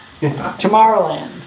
Tomorrowland